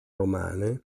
romane